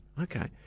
okay